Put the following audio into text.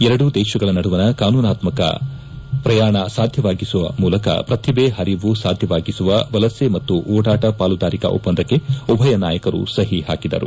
ಎರಡೂ ದೇಶಗಳ ನಡುವಣ ಕಾನೂನಾತ್ಮಕ ಪ್ರಯಾಣ ಸಾಧ್ಯವಾಗಿಸುವ ಮೂಲಕ ಪ್ರತಿಭೆ ಹರಿವು ಸಾಧ್ಯವಾಗಿಸುವ ವಲಸೆ ಮತ್ತು ಓಡಾಟ ಪಾಲುದಾರಿಕಾ ಒದ್ಬಂದಕ್ಕೆ ಉಭಯ ನಾಯಕರು ಸಹಿ ಹಾಕಿದರು